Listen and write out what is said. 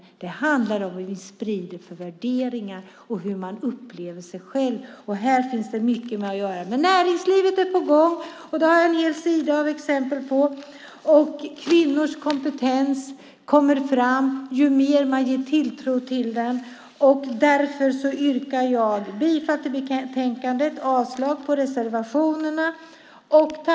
Det handlar om vad vi sprider för värderingar och hur man upplever sig själv, och här finns det mycket mer att göra. Men näringslivet är på gång, och det har jag en hel sida med exempel på. Och kvinnors kompetens kommer fram ju mer de ges tilltro till den. Därför yrkar jag bifall till förslaget i betänkandet och avslag på reservationerna.